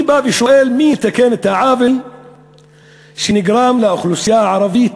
אני בא ושואל: מי יתקן את העוול שנגרם לאוכלוסייה הערבית,